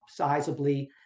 sizably